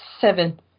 seven